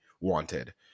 wanted